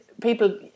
people –